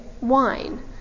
wine